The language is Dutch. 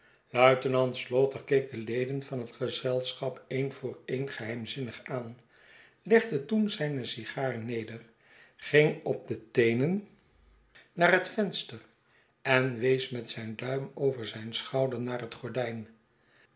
luitenant slaughter keek de leden van het gezelschap een voor een geheimzinnig aan legde toen zijne sigaar neder ging op de teenen naar het venster en wees met zijn duim over zijn schouder naar het gordijn